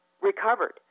recovered